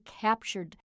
captured